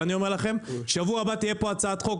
אבל אני אומר לכם ששבוע הבא תהיה פה הצעת חוק,